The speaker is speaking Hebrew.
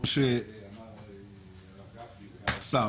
כפי שאמרו הרב גפני וגם השר,